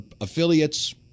affiliates